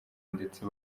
ndetse